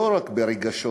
לא רק ברגשות